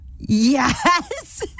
Yes